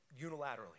unilaterally